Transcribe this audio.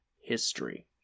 history